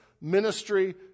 ministry